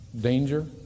Danger